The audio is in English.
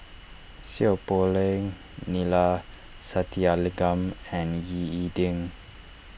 Seow Poh Leng Neila Sathyalingam and Ying E Ding